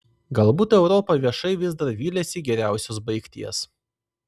galbūt europa viešai vis dar viliasi geriausios baigties